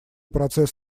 процесс